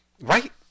Right